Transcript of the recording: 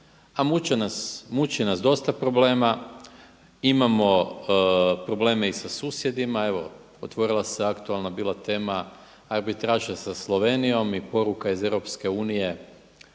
a muči nas dosta problema. Imamo probleme i sa susjedima, evo otvorila se aktualna bila tema arbitraža sa Slovenijom i poruka iz EU oko toga